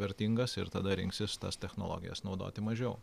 vertingas ir tada rinksis tas technologijas naudoti mažiau